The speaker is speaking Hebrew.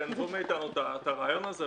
גנבו מאתנו את הרעיון הזה,